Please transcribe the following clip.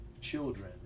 children